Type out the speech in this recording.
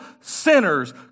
sinners